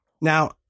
Now